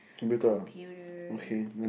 computer